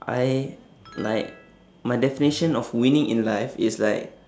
I like my definition of winning in life is like